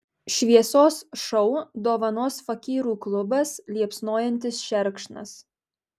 šviesos šou dovanos fakyrų klubas liepsnojantis šerkšnas